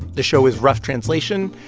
the show is rough translation.